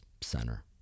center